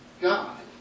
God